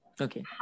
okay